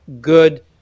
good